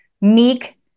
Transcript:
Meek